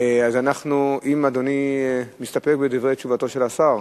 האם אדוני מסתפק בדברי תשובתו של השר?